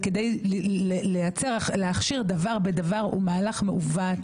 כדי להכשיר דבר בדבר, הוא מהלך מעוות.